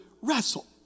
wrestle